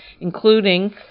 including